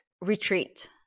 retreat